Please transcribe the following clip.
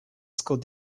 school